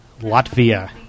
Latvia